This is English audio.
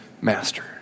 master